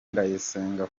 ndayisenga